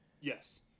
Yes